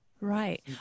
right